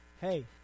hey